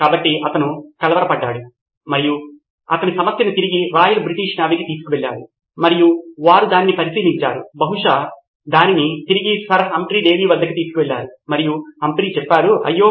కాబట్టి అతను కలవరపడ్డాడు మరియు అతను సమస్యను తిరిగి రాయల్ బ్రిటిష్ నేవీకి తీసుకువెళ్ళాడు మరియు వారు దానిని పరిశీలించారు మరియు బహుశా దానిని తిరిగి సర్ హంఫ్రీ డేవి వద్దకు తీసుకువెళ్లారు మరియు హంఫ్రీ చెప్పారు అయ్యో